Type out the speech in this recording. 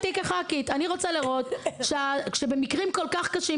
אני רוצה לראות כשבמקרים כל כך קשים